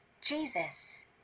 Jesus